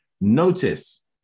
notice